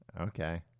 Okay